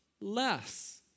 less